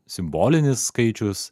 simbolinis skaičius